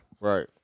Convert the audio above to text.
Right